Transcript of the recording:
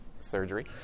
surgery